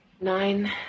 nine